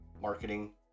marketing